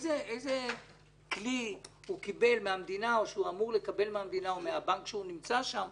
איזה כלי הוא קיבל או אמור לקבל מהמדינה או מהבנק שהוא נמצא בו